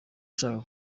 ushaka